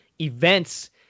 events